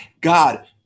God